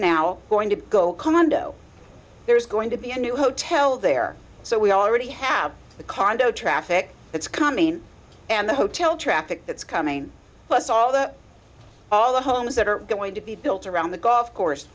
now going to go condo there is going to be a new hotel there so we already have the condo traffic that's coming and the hotel traffic that's coming plus all the all the homes that are going to be built around the golf course